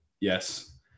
Yes